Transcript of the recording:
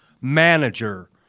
manager